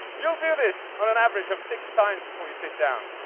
you'll do this on an average of six times before you sit down.